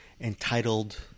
entitled